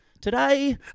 Today